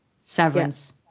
Severance